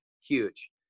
huge